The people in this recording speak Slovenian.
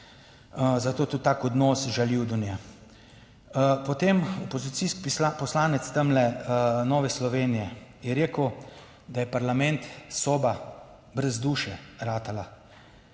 zato tudi tak odnos žaljiv do nje. Potem opozicijski poslanec tamle Nove Slovenije je rekel, da je parlament soba brez duše ratala.